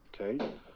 okay